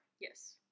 Yes